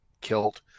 kilt